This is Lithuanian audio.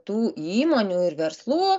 tų įmonių ir verslų